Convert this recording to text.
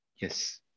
Yes